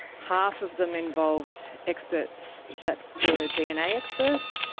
half of them involved experts that were dna experts,